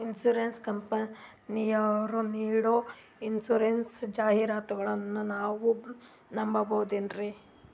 Insurance ಕಂಪನಿಯರು ನೀಡೋ insurance ಜಾಹಿರಾತುಗಳನ್ನು ನಾವು ನಂಬಹುದೇನ್ರಿ?